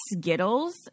Skittles